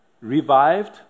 revived